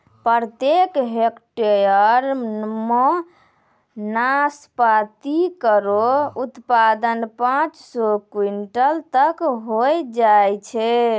प्रत्येक हेक्टेयर म नाशपाती केरो उत्पादन पांच सौ क्विंटल तक होय जाय छै